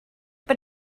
but